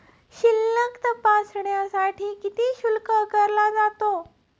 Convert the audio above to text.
शिल्लक तपासण्यासाठी किती शुल्क आकारला जातो?